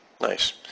Nice